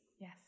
Yes